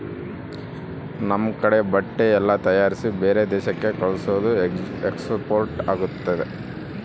ನಮ್ ಕಡೆ ಬಟ್ಟೆ ಎಲ್ಲ ತಯಾರಿಸಿ ಬೇರೆ ದೇಶಕ್ಕೆ ಕಲ್ಸೋದು ಎಕ್ಸ್ಪೋರ್ಟ್ ಆಗುತ್ತೆ